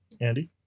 Andy